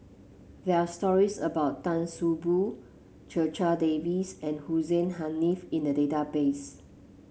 there are stories about Tan See Boo Checha Davies and Hussein Haniff in the database